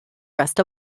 rest